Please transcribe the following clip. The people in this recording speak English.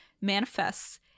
manifests